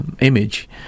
image